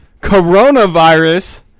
Coronavirus